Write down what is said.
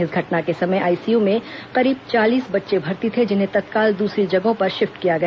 इस घटना के समय आईसीयू में करीब चालीस बच्चे भर्ती थे जिन्हें तत्काल दूसरी जगहों पर शिफ्ट किया गया